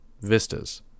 Vistas